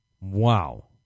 Wow